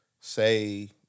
say